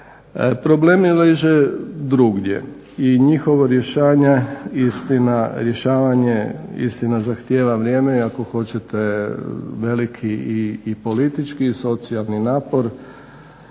Problemi leže drugdje i njihovom rješavanje, istina zahtjeva vrijeme i ako hoćete veliki i politički i socijalni napor,